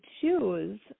choose